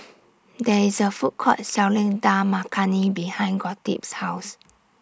There IS A Food Court Selling Dal Makhani behind Gottlieb's House